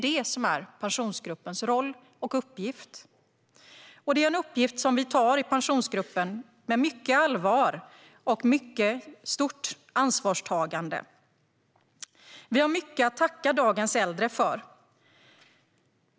Det är Pensionsgruppens roll och uppgift. Det är en uppgift som Pensionsgruppen tar på stort allvar och med stort ansvar. Vi har mycket att tacka dagens äldre för.